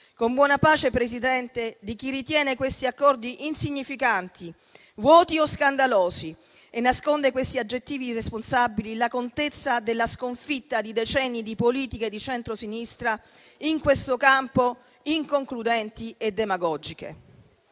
con buona pace, signor Presidente, di chi ritiene questi accordi insignificanti, vuoti o scandalosi e nasconde in questi aggettivi irresponsabili la contezza della sconfitta di decenni di politica di centrosinistra in questo campo inconcludente e demagogica.